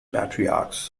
patriarchs